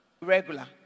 regular